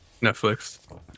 Netflix